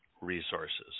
resources